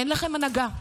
אין לכם הנהגה,